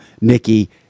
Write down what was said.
Nikki